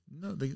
No